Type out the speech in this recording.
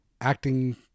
acting